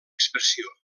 expressió